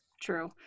True